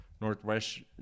Northwest –